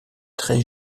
très